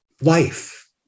life